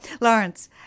Lawrence